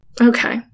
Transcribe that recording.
Okay